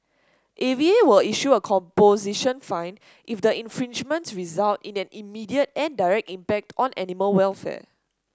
A V A will issue a composition fine if the infringements result in an immediate and direct impact on animal welfare